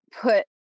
put